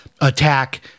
attack